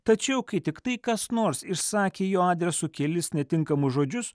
tačiau kai tiktai kas nors išsakė jo adresu kelis netinkamus žodžius